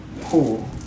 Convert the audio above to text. pool